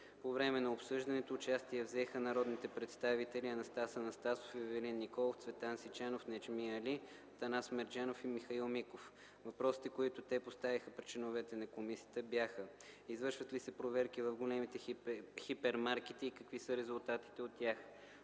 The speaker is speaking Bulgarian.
По време на обсъждането участие взеха народните представители Анастас Анастасов, Ивелин Николов, Цветан Сичанов, Неджми Али, Атанас Мерджанов и Михаил Миков. Въпросите, които те поставиха пред членовете на Комисията бяха: извършват ли се проверки в големите хипермаркети и какви са резултатите от тях;